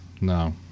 No